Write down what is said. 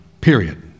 period